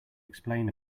explain